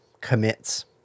commits